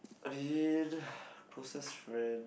I mean closest friend